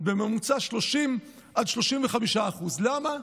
בממוצע 30% עד 35%. למה?